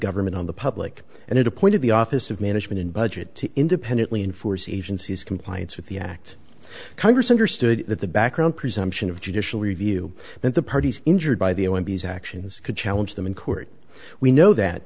government on the public and it appointed the office of management and budget to independently enforce agency's compliance with the act congress understood that the background presumption of judicial review meant the parties injured by the o m b his actions could challenge them in court we know that